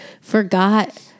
forgot